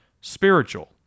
spiritual